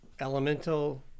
Elemental